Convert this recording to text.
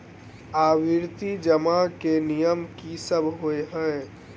आवर्ती जमा केँ नियम की सब होइ है?